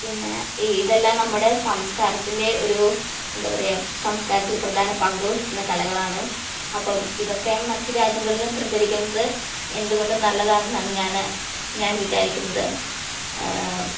പിന്നേ ഇതെല്ലാം നമ്മുടെ സംസ്കാരത്തിന്റെ ഒരു എന്താ പറയുക സംസ്കാരത്തില് പ്രധാന പങ്ക് വഹിക്കുന്ന കലകളാണ് അപ്പം ഇതൊക്കെ മറ്റു രാജ്യങ്ങളിലും പ്രചരിക്കുന്നത് എന്തുകൊണ്ടും നല്ലതാണെന്നാണ് ഞാന് ഞാന് വിചാരിക്കുന്നത്